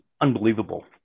unbelievable